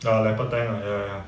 the leopard tank ah ya ya ya